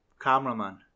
cameraman